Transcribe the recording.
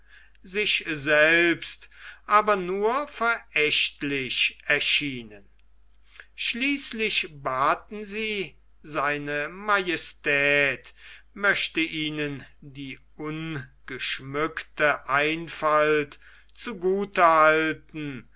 sich selbst aber nur verächtlich erschienen schließlich baten sie se maj möchte ihnen die ungeschmückte einfalt zu gute halten